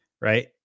right